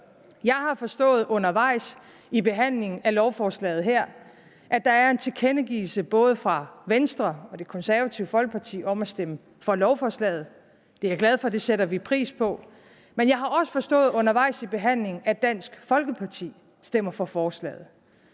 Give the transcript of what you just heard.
Jeg har forstået undervejs i behandlingen af lovforslaget her, at der er en tilkendegivelse fra både Venstre og Det Konservative Folkeparti om at stemme for lovforslaget. Det er jeg glad for; det sætter vi pris på. Men jeg har også forstået undervejs i behandlingen, at Dansk Folkeparti stemmer for forslaget.